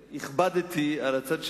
הכבדתי על הצד שכנגד.